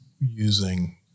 using